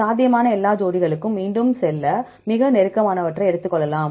சாத்தியமான எல்லா ஜோடிகளுக்கும் மீண்டும் செல்ல மிக நெருக்கமானவற்றை எடுத்து கொள்ளலாம்